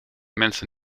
mensen